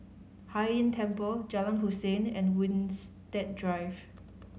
Hai Inn Temple Jalan Hussein and Winstedt Drive